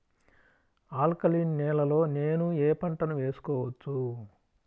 Alkaline నేలలో నేనూ ఏ పంటను వేసుకోవచ్చు?